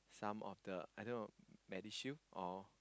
some of the I don't know medishield or